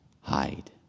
hide